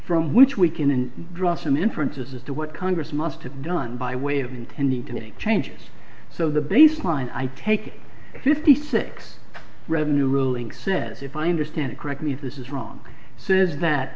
from which we can and draw some inferences as to what congress must have done by way of intending to make changes so the baseline i take it fifty six revenue ruling says if i understand it correctly this is wrong says that